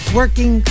working